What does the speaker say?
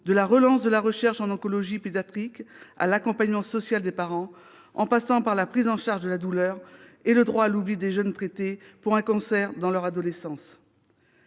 de la relance de la recherche en oncologie pédiatrique à l'accompagnement social des parents, en passant par la prise en charge de la douleur et le droit à l'oubli des jeunes traités pour un cancer dans leur adolescence.